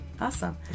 Awesome